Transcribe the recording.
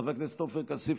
חבר הכנסת עופר כסיף,